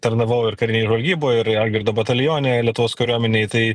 tarnavau ir karinėj žvalgyboj ir algirdo batalione lietuvos kariuomenėj tai